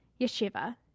Yeshiva